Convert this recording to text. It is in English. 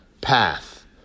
path